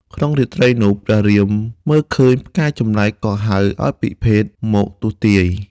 ក្នុងរាត្រីនោះ ព្រះរាមមើលឃើញ ផ្កាយចម្លែកក៏ហៅឱ្យពិភេកមកទស្សន៍ទាយ។